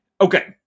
Okay